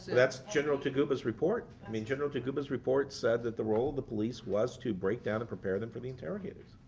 that's general taguba's report. i mean general taguba's report said that the role of the police was to break down and prepare them for the interrogators.